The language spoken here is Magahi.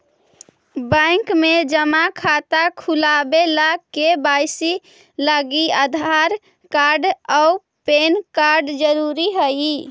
बैंक में जमा खाता खुलावे ला के.वाइ.सी लागी आधार कार्ड और पैन कार्ड ज़रूरी हई